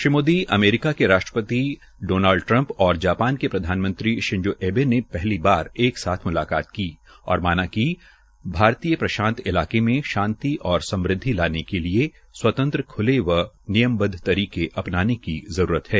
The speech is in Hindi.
श्री मोदी अमेरिका राष्ट्रपति डोनाल्ड ट्रंप और जापान के प्रधानमंत्री शिंजो एबे ने पहल बार एक साथ मुलाकात की और माना कि भारतीय प्रशांत इलाके में शांति और समृदवि लाने के लिये स्वंतत्र खुले व नियमवद्व तरीके अपनाने की जरूरत है